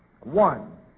One